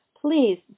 please